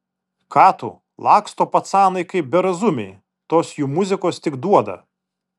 ką tu laksto pacanai kaip berazumiai tos jų muzikos tik duoda